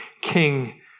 king